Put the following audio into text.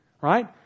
right